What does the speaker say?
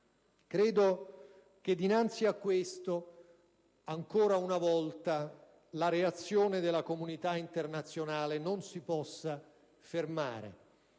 Credo che, dinanzi a questo, ancora una volta la reazione della comunità internazionale non si possa fermare.